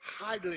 highly